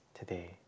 today